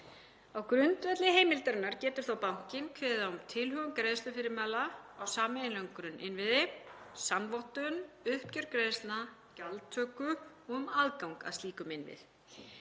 Á grundvelli heimildarinnar getur bankinn kveðið á um tilhögun greiðslufyrirmæla á sameiginlegum grunninnviðum, sannvottun, uppgjör greiðslna, gjaldtöku og um aðgang að slíkum innviðum.